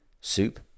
Soup